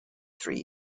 three